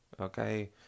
okay